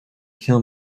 kill